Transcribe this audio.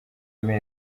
kuzuza